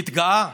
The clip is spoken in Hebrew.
התגאה